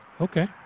Okay